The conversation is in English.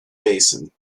basin